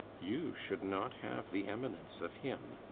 you should not have the eminence of him,